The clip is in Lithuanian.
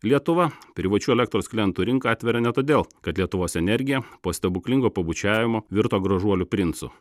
lietuva privačių elektros klientų rinką atveria ne todėl kad lietuvos energija po stebuklingo pabučiavimo virto gražuoliu princu